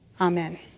Amen